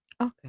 Okay